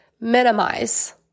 minimize